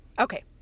Okay